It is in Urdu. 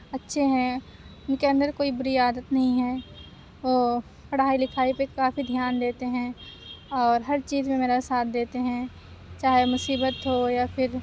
اچھے ہیں اُن کے اندر کوئی بُری عادت نہیں ہے اور پڑھائی لکھائی پہ کافی دھیان دیتے ہیں اور ہر چیز میں میرا ساتھ دیتے ہیں چاہے مصیبت ہو یا پھر